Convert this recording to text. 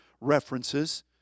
references